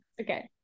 Okay